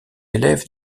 élève